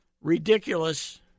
ridiculous